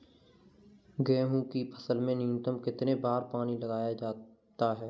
गेहूँ की फसल में न्यूनतम कितने बार पानी लगाया जाता है?